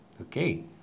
Okay